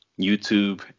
YouTube